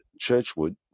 churchwood